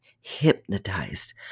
hypnotized